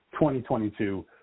2022